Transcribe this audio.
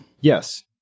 Yes